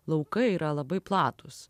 laukai yra labai platūs